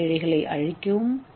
ஏ இழைகளை அழிக்கவும்